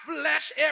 flesh